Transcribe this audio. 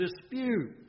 dispute